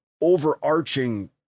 overarching